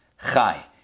Chai